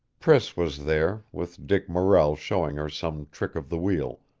priss was there, with dick morrell showing her some trick of the wheel,